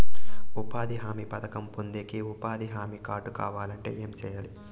ఉపాధి హామీ పథకం పొందేకి ఉపాధి హామీ కార్డు కావాలంటే ఏమి సెయ్యాలి?